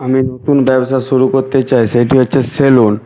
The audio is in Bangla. আমি নতুন ব্যবসা শুরু করতে চাই সেইটি হচ্ছে সেলুন